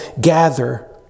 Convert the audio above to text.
gather